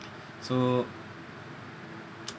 so